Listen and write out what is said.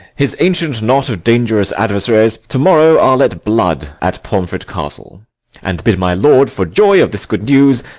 his ancient knot of dangerous adversaries to-morrow are let blood at pomfret castle and bid my lord, for joy of this good news,